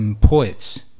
poets